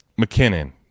McKinnon